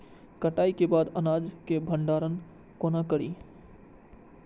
कटाई के बाद अनाज के भंडारण कोना करी?